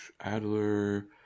Adler